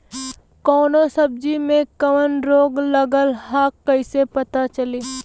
कौनो सब्ज़ी में कवन रोग लागल ह कईसे पता चली?